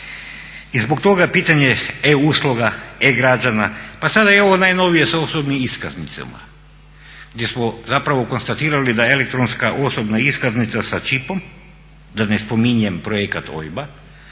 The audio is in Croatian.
I zbog toga pitanje e-usluga, e-građana pa sada i ovo najnovije sa osobnim iskaznicama gdje smo zapravo konstatirali da elektronska osobna iskaznica sa čipom, da ne spominjem projekata OIB-a